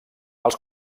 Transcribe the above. els